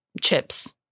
chips